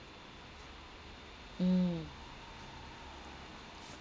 mm